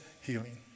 healing